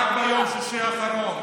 רק ביום שישי האחרון.